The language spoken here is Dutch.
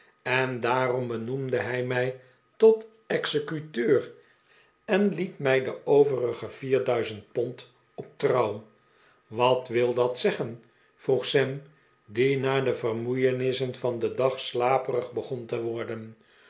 en daarom benoemde hij mij tot executeur en liet mij de overige vierduizend pond op trouw wat wil dat zeggen vroeg sam die na de vermoeienissen van den dag slaperig begon te worden